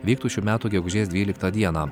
vyktų šių metų gegužės dvyliktą dieną